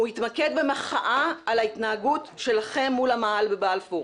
הוא התמקד במחאה על ההתנהגות שלכם מול המאהל בבלפור.